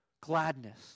gladness